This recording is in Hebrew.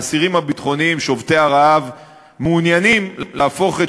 האסירים הביטחוניים שובתי הרעב מעוניינים להפוך את